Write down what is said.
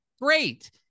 great